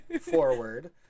forward